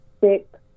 six